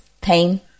pain